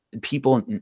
people